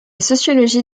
sociologie